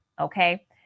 Okay